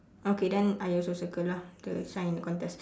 okay then I also circle lah the shine in the contest